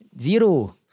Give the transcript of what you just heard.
zero